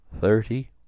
thirty